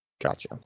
Gotcha